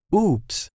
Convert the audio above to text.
Oops